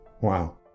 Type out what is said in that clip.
Wow